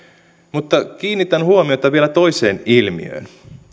mutta kiinnitän huomiota vielä toiseen ilmiöön